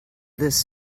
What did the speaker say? this